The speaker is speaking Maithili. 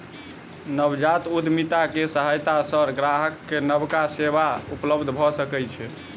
नवजात उद्यमिता के सहायता सॅ ग्राहक के नबका सेवा उपलब्ध भ सकै छै